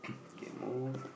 okay move